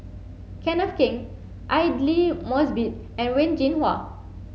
Kenneth Keng Aidli Mosbit and Wen Jinhua